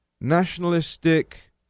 nationalistic